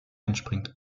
entspringt